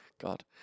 God